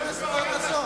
חבר הכנסת יואל